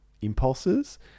impulses